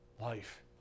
life